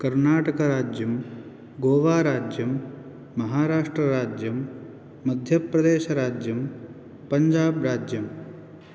कर्नाटकराज्यं गोवाराज्यं महाराष्ट्रराज्यं मध्यप्रदेशराज्यं पञ्जाब् राज्यम्